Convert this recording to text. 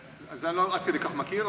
את זה אני לא עד כדי כך מכיר,